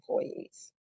employees